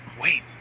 Wait